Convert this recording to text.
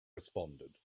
responded